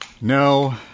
No